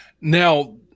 Now